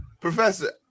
professor